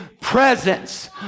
presence